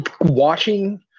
watching